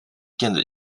电子